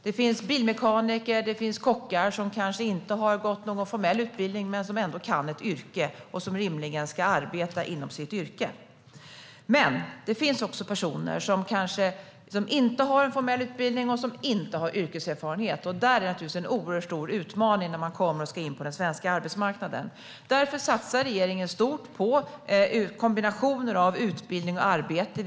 Det finns bilmekaniker, och det finns kockar som kanske inte har gått någon formell utbildning men som ändå kan ett yrke och som rimligen ska arbeta inom sitt yrke. Det finns dock även personer som kanske inte har en formell utbildning och som inte har yrkeserfarenhet. För dem är det en stor utmaning när de kommer och ska in på den svenska arbetsmarknaden. Därför satsar regeringen stort på kombinationer av utbildning och arbete.